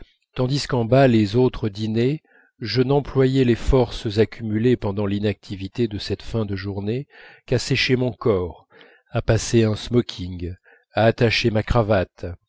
tandis qu'en bas les autres dînaient je n'employais les forces accumulées pendant l'inactivité de cette fin de journée qu'à sécher mon corps à passer un smoking à attacher ma cravate